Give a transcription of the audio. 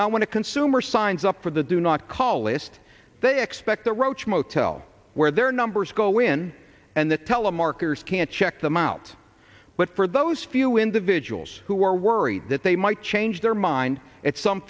when a consumer signs up for the do not call list they expect the roach motel where their numbers go in and the telemarketers can't check them out but for those few individuals who are worried that they might change their mind at some